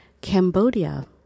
Cambodia